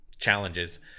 challenges